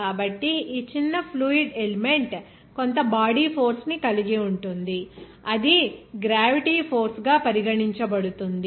కాబట్టి ఈ చిన్న ఫ్లూయిడ్ ఎలిమెంట్ కొంత బాడీ ఫోర్స్ ని కలిగి ఉంటుంది అది గ్రావిటీ ఫోర్స్ గా పరిగణించబడుతుంది